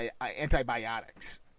antibiotics